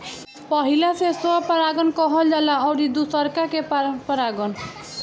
पहिला से स्वपरागण कहल जाला अउरी दुसरका के परपरागण